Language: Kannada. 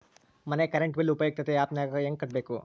ಮನೆ ಕರೆಂಟ್ ಬಿಲ್ ಉಪಯುಕ್ತತೆ ಆ್ಯಪ್ ನಾಗ ಹೆಂಗ ಕಟ್ಟಬೇಕು?